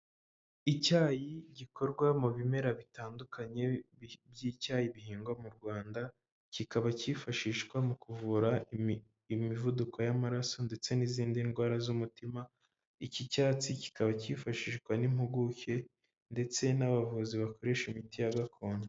Icyayi gikorwa mu bimera bitandukanye by'icyayi bihingwa mu Rwanda, kikaba cyifashishwa mu kuvura imivuduko y'amaraso ndetse n'izindi ndwara z'umutima, iki cyatsi kikaba cyifashishwa n'impuguke ndetse n'abavuzi bakoresha imiti ya gakondo.